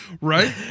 Right